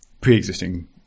pre-existing